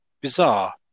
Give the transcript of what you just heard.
bizarre